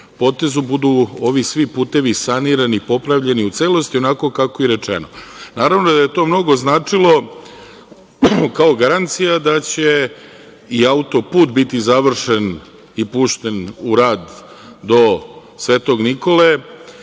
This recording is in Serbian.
potezu budu ovi svi putevi sanirani, popravljeni u celosti, onako kako je i rečeno. Naravno da je to mnogo značilo kao garancija da će i auto-put biti završen i pušten u rad do Svetog Nikole,